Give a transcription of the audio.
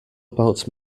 about